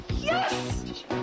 Yes